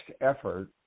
effort